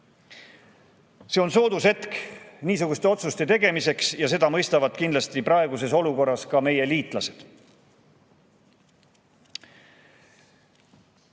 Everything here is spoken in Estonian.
See on soodne hetk niisuguste otsuste tegemiseks ja seda mõistavad kindlasti praeguses olukorras ka meie liitlased. Teeme